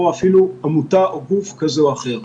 או אפילו עמותה או גוף כזה או אחר.